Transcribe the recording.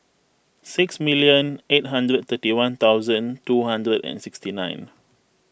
six million eight hundred and thirty one two hundred and sixty nine